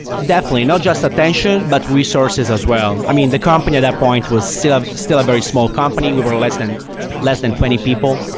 definitely. not just attention, but resources as well. i mean, the company at that point was sort of still a very small company. we were less than less than twenty people,